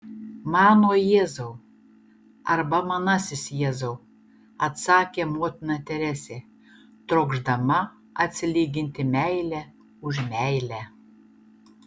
mano jėzau arba manasis jėzau atsakė motina teresė trokšdama atsilyginti meile už meilę